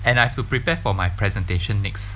and I have to prepare for my presentation next